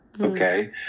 okay